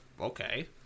okay